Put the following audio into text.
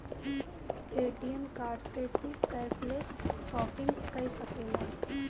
ATM card से तू cashless shopping कई सकेला